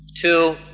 Two